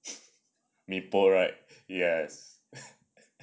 mee pok right yes